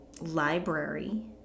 library